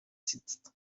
sitzt